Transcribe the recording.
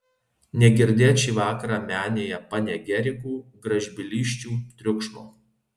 negirdėt šį vakarą menėje panegirikų gražbylysčių triukšmo